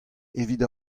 evit